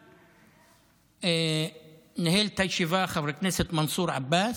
ואז ניהל את הישיבה חבר הכנסת מנסור עבאס.